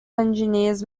engineers